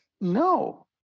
no